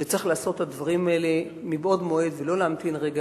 שצריך לעשות את הדברים האלה מבעוד מועד ולא להמתין רגע